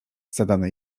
zadane